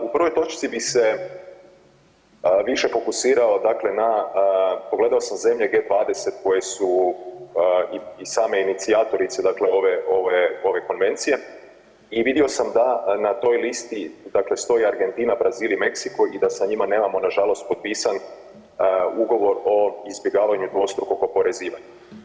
U prvoj točci bih se više fokusirao, dakle na, pogledao sam zemlje G20 koje su i same inicijatorice, dakle ove, ove, ove konvencije i vidio sam da na toj listi, dakle stoji Argentina, Brazil i Meksiko i da sa njima nemamo nažalost potpisan Ugovor o izbjegavanju dvostrukog oporezivanja.